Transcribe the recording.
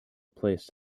placed